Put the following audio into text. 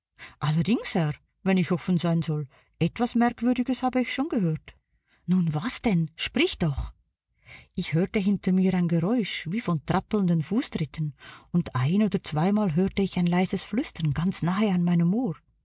allerdings herr wenn ich offen sein soll etwas merkwürdiges habe ich schon gehört nun was denn sprich doch ich hörte hinter mir ein geräusch wie von trappelnden fußtritten und ein oder zweimal hörte ich ein leises flüstern ganz nahe an meinem ohr